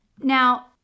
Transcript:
Now